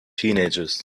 teenagers